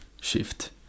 shift